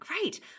great